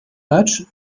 matchs